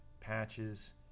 patches